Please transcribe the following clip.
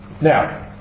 Now